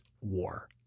war